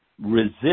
resist